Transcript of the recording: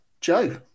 Joe